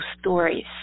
stories